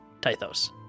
Tythos